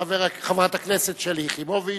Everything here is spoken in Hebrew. חברת הכנסת שלי יחימוביץ,